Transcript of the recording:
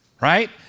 Right